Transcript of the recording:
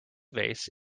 vase